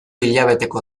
hilabeteko